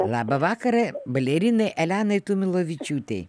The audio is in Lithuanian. labą vakarą balerinai elenai tumilevičiūtei